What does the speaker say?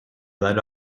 lead